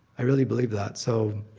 i really believe that. so,